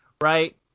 right